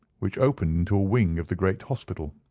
which opened into a wing of the great hospital.